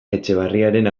etxeberriaren